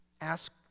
Ask